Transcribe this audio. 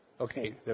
Okay